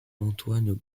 antoine